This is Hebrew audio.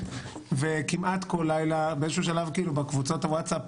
כמעט כל לילה, באיזשהו שלב בקבוצות הוואטסאפ